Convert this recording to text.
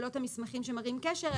ולא את המסמכים שמראים קשר,